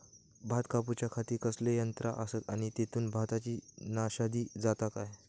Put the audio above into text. भात कापूच्या खाती कसले यांत्रा आसत आणि तेतुत भाताची नाशादी जाता काय?